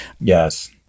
Yes